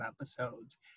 episodes